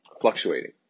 fluctuating